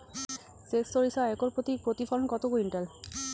সেত সরিষা একর প্রতি প্রতিফলন কত কুইন্টাল?